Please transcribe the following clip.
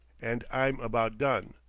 and i'm about done.